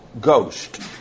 Ghost